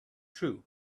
true